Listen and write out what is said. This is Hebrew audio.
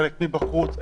חלק מבחוץ,